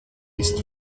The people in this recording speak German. ist